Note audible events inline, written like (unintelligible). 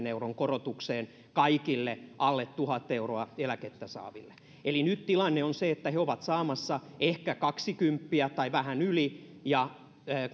(unintelligible) euron korotukseen kaikille alle tuhat euroa eläkettä saaville eli nyt tilanne on se että he ovat saamassa ehkä kaksi kymppiä tai vähän yli ja